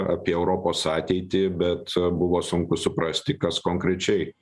apie europos ateitį bet buvo sunku suprasti kas konkrečiai